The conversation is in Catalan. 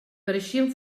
pareixien